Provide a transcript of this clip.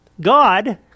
God